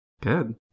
good